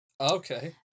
Okay